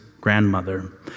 grandmother